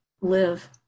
live